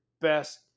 best